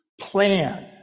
plan